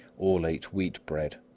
all ate wheat bread,